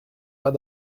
pas